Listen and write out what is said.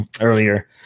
earlier